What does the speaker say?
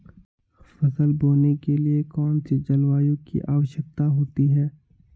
फसल बोने के लिए कौन सी जलवायु की आवश्यकता होती है?